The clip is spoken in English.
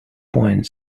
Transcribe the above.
point